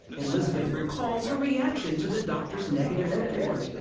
elizabeth recalls her reaction to the doctor's negative report.